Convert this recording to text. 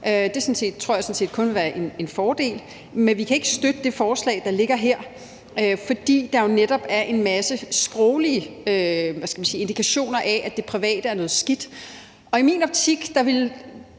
jeg sådan set kun vil være en fordel. Men vi kan ikke støtte det forslag, der ligger her, fordi der jo netop er en masse sproglige indikationer af, at det private er noget skidt. I min optik ville